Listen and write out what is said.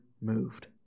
moved